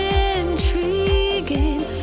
intriguing